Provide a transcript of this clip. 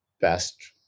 best